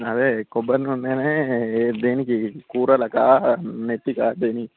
అదే కొబ్బరిని నూనెనే దేనికి కూరలక నెత్తికా దేనికి